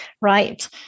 right